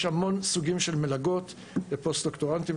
יש המון סוגים של מלגות ופוסט דוקטורנטים.